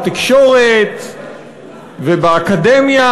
בתקשורת ובאקדמיה,